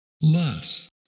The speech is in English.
lust